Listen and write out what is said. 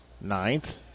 ninth